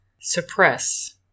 suppress